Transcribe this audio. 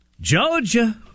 Georgia